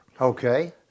Okay